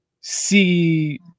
see